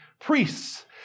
priests